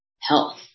health